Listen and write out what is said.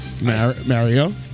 Mario